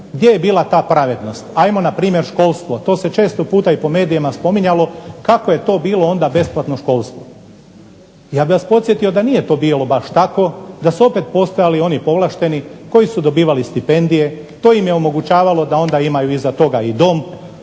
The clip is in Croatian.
gdje je bila ta pravednost. Ajmo npr. školstvo, to se često puta i po medijima spominjalo kako je to bilo onda besplatno školstvo. Ja bih vas podsjetio da nije bilo to baš tako, da su opet postojali oni povlašteni koji su dobivali stipendije. To im je omogućavalo da onda imaju iza toga i dom,